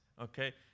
okay